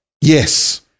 Yes